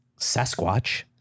Sasquatch